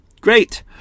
great